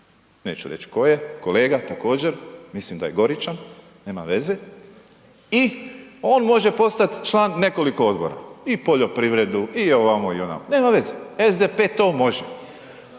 neću reći koje, kolega također, mislim da je Goričan, nema veze i on može postati član nekoliko odbora. I poljoprivredu i ovamo i onamo. Nema veze, SDP to može.